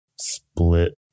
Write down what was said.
split